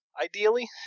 ideally